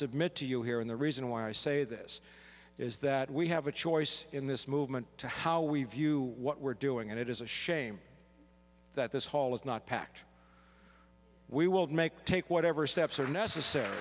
submit to you here and the reason why i say this is that we have a choice in this movement to how we view what we're doing and it is a shame that this hall is not packed we will make take whatever steps are necessar